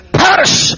perish